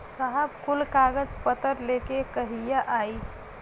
साहब कुल कागज पतर लेके कहिया आई?